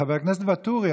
חבר הכנסת ואטורי,